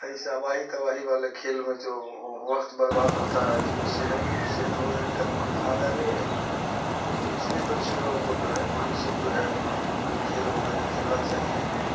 ایسے اباہی تباہی والے کھیل میں جو وقت برباد ہوتا ہے اس میں صحت صحت وغیرہ کا بھی کوئی فائدہ نہیں ہے تو اس لیے بچے لوگوں کو جو ہے وہی سب جو ہے کھیل وغیرہ کھیلنا چاہیے